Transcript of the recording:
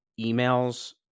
emails